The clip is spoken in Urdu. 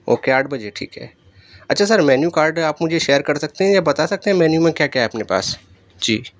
اوکے آٹھ بجے ٹھیک ہے اچھا سر مینیو کارڈ آپ مجھے شیئر کر سکتے ہیں یا بتا سکتے ہیں مینیو میں کیا کیا ہے اپنے پاس جی